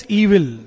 evil